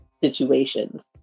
situations